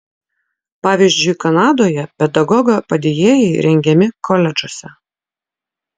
pavyzdžiui kanadoje pedagogo padėjėjai rengiami koledžuose